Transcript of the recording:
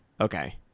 Okay